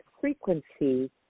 frequency